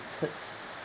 tits